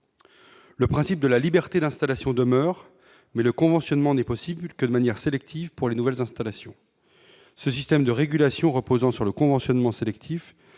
Le principe de la liberté d'installation demeure mais le conventionnement n'est possible que de manière sélective pour les nouvelles installations, ce système de régulation reposant sur le conventionnement sélectif